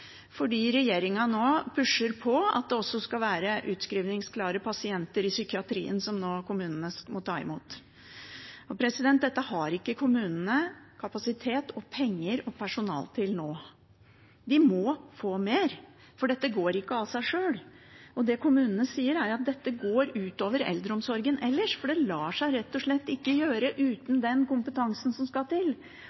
fordi regjeringen nå pusher på for at kommunene skal ta imot utskrivningsklare pasienter i psykiatrien. Dette har ikke kommunene kapasitet, penger og personale til. De må få mer, for dette går ikke av seg sjøl. Det kommunen sier, er at dette går ut over eldreomsorgen ellers, for det lar seg rett og slett ikke gjøre